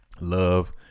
love